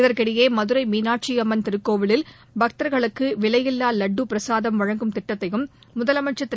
இதற்கிடடயே மதுரை மீனாட்சி அம்மன் திருக்கோவிலில் பக்தர்களுக்கு விலையில்லா லட்டு பிரசாதம் வழங்கும் திட்டத்தையும் முதலமைச்சா் திரு